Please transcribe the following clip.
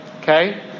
Okay